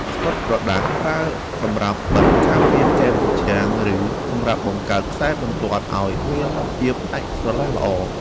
ស្កុតក្រដាស ប្រើសម្រាប់បិទការពារគែមជញ្ជាំង ឬសម្រាប់បង្កើតខ្សែបន្ទាត់ឱ្យមានភាពដាច់ស្រឡះល្អ។